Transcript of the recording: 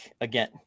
again